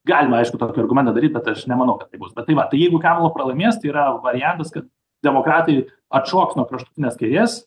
galima aišku tokį argumentą daryt bet aš nemanau kad taip bus bet tai vat jeigu kamala pralaimės tai yra variantas kad demokratai atšoks nuo kraštutinės kairės